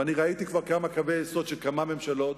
ואני ראיתי כבר כמה קווי יסוד של כמה ממשלות,